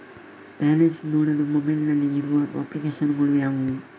Balance ನೋಡಲು mobile ನಲ್ಲಿ ಇರುವ ಅಪ್ಲಿಕೇಶನ್ ಗಳು ಯಾವುವು?